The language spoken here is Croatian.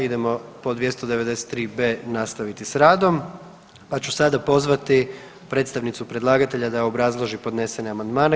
Idemo po 293.b. nastaviti s radom, pa ću sada pozvati predstavnicu predlagatelja da obrazloži podnesene amandmane.